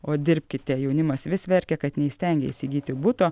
o dirbkite jaunimas vis verkia kad neįstengia įsigyti buto